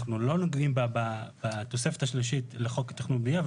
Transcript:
לא נוגעים בתוספת השלישית לחוק התכנון והבנייה.